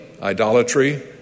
idolatry